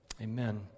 Amen